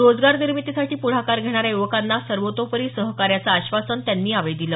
रोजगार निर्मितीसाठी पुढाकार घेणाऱ्या युवकांना सर्वतोपरी सहकार्याचं आश्वासन त्यांनी यावेळी दिलं